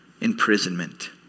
imprisonment